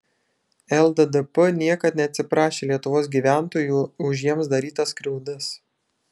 lddp niekad neatsiprašė lietuvos gyventojų už jiems darytas skriaudas